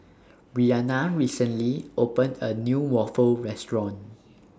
Bryanna recently opened A New Waffle Restaurant